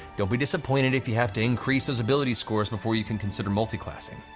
don't be disappointed if you have to increase those ability scores before you can consider multiclassing.